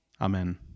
Amen